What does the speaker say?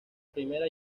primera